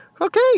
Okay